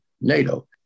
NATO